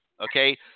okay